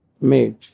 made